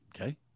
Okay